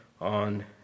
on